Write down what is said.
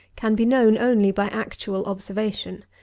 can be known only by actual observation.